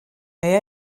neu